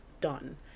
done